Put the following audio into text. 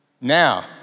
Now